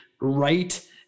right